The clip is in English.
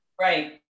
Right